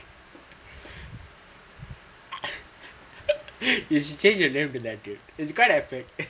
is great effort